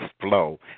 flow